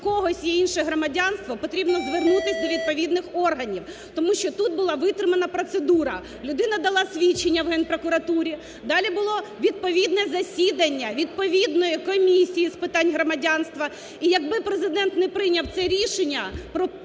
що в когось є інше громадянство, потрібно звернутися до відповідних органів, тому що тут була витримана процедура. Людина дала свідчення в Генпрокуратурі, далі було відповідне засідання відповідної комісії з питань громадянства. І як би Президент не прийняв це рішення